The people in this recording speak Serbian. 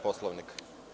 Poslovnika.